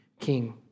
King